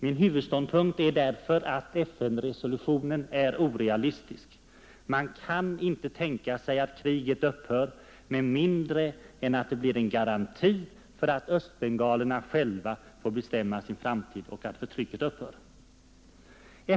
Min huvudståndpunkt är därför att FN-resolutionen är orealistisk. Man kan inte tänka sig att kriget upphör med mindre än att det blir en garanti för att östbengalerna själva får bestämma sin framtid och att förtrycket upphör.